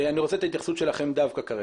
אני רוצה את ההתייחסות שלכם דווקא כרגע.